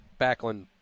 Backlund